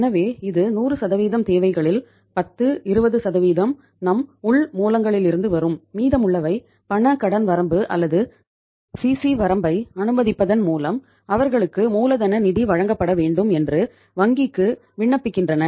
எனவே இது 100 தேவைகளில் 10 20 நம் உள் மூலங்களிலிருந்து வரும் மீதமுள்ளவை பண கடன் வரம்பு அல்லது சிசி வரம்பை அனுமதிப்பதன் மூலம் அவர்களுக்கு மூலதன நிதி வழங்கப்பட வேண்டும் என்று வங்கிக்கு விண்ணப்பிக்கின்றன